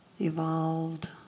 evolved